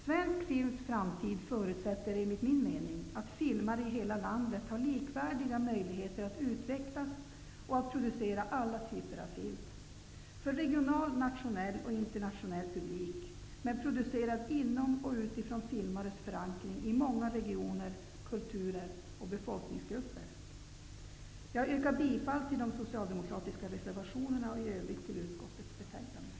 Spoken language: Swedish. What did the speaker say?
Svensk films framtid förutsätter, enligt min mening, att filmare i hela landet har likvärdiga möjligheter att utvecklas och att producera alla typer av film -- för regional, nationell och internationell publik, men producerad inom och utifrån filmares förankring i många regioner, kulturer och befolkningsgrupper. Jag yrkar bifall till den socialdemokratiska reservationen 3 och i övrigt till utskottets hemställan.